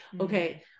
Okay